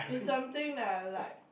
it's something that I like